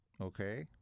Okay